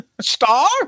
Star